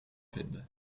vinden